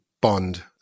bond